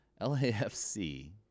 LAFC